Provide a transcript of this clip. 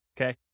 Okay